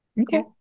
okay